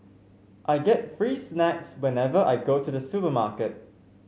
I get free snacks whenever I go to the supermarket